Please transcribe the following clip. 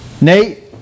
Nate